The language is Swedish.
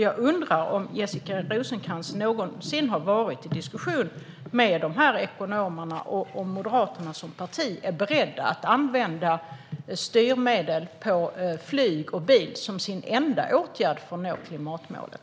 Jag undrar om Jessica Rosencrantz någonsin har varit i diskussion med dessa ekonomer och om Moderaterna som parti är beredda att använda styrmedel på flyg och bil som sin enda åtgärd för att nå klimatmålet.